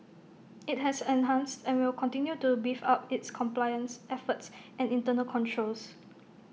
IT has enhanced and will continue to beef up its compliance efforts and internal controls